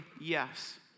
yes